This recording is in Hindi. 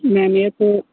मैम ये तो